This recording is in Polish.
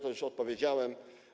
To już odpowiedziałem.